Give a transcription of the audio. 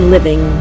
Living